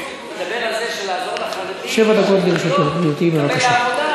שבע דקות לרשותך, גברתי.